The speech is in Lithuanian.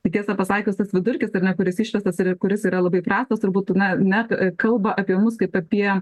tai tiesa pasakius tas vidurkis ar ne kuris išvestas ir kuris yra labai prastas turbūt na net kalba apie mus kaip apie